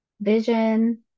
vision